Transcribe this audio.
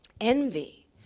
envy